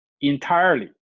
entirely